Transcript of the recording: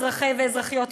אזרחי ואזרחיות ישראל,